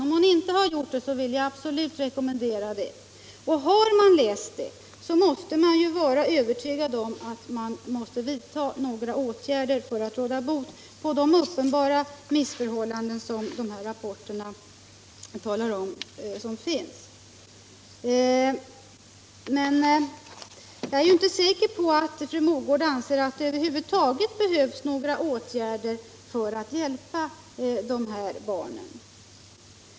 Om hon inte har gjort det, så vill jag absolut rekommendera det. Har man läst dem, så måste man vara övertygad om att några åtgärder måste vidtas för att man skall kunna råda bot på de uppenbara missförhållanden som finns enligt dessa rapporter. Men jag är inte så säker på att fru Mogård anser att det över huvud taget behövs några åtgärder för att hjälpa dessa barn.